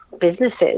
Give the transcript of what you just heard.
businesses